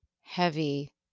heavy